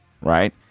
right